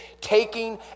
taking